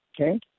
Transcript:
okay